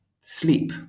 sleep